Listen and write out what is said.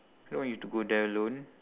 I don't want you to go there alone